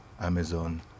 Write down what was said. Amazon